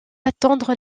attendre